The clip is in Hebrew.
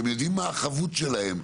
הם יודעים מה החבות שלהם.